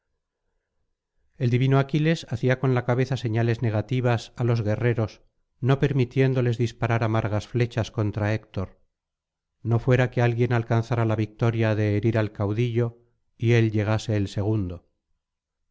el divino aquiles hacía con la cabeza señales negativas á los guerreros no permitiéndoles disparar amargas flechas contra héctor no fuera que alguien alcanzara la gloria de herir al caudillo y él llegase el segundo